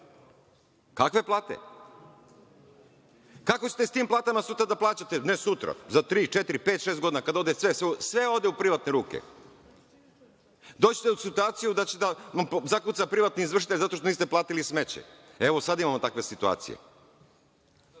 Kakve plate? Kako ćete s tim platama sutra da plaćate, ne sutra, za tri, četiri, pet, šest godina, kada ode sve u privatne ruke? Doći ćete u situaciju da će da vam zakuca privatni izvršitelj zato što niste platili smeće. Evo, sada imamo takve situacije.